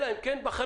אלא אם כן בחריגים.